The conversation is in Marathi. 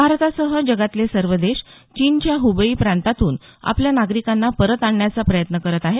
भारतासह जगातले सर्व देश चीनच्या हबेई प्रांतातून आपल्या नागरिकांना परत आणण्याचा प्रयत्न करत आहेत